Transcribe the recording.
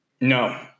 No